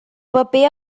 paper